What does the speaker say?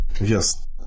Yes